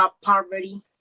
poverty